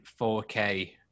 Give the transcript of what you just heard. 4K